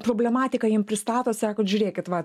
problematiką jiem pristatot sakot žiūrėkit va